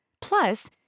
Plus